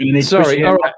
sorry